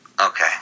Okay